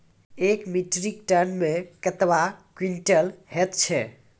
एक metric tonne मे कतवा क्वींटल हैत छै?